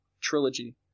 trilogy